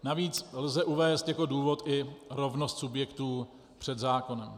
Navíc lze uvést jako důvod i rovnost subjektů před zákonem.